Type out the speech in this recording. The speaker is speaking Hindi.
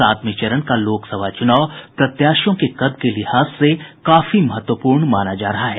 सातवें चरण का लोकसभा चुनाव प्रत्याशियों के कद के लिहाज से काफी महत्वपूर्ण माना जा रहा है